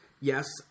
Yes